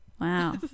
Wow